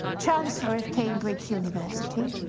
chancellor of cambridge university,